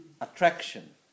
attraction